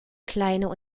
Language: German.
kleinere